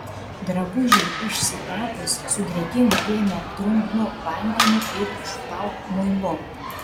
drabužiui išsitepus sudrėkink dėmę drungnu vandeniu ir išplauk muilu